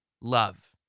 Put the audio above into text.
love